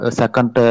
second